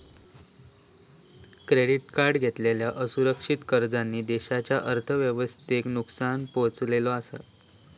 credit card घेतलेल्या असुरक्षित कर्जांनी देशाच्या अर्थव्यवस्थेक नुकसान पोहचवला हा